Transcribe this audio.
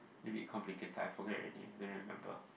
maybe complicated I forget already don't remember